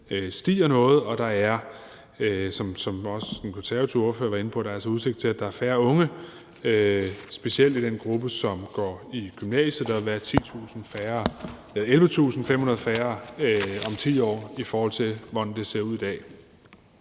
stiger noget, og der er udsigt til – som den konservative ordfører var inde på – at der er færre unge, specielt i den gruppe, der går i gymnasiet. Der vil være 11.500 færre om 10 år, i forhold til hvordan det ser ud i dag.